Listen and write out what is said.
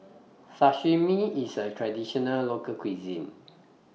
Sashimi IS A Traditional Local Cuisine